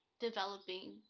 developing